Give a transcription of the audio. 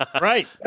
Right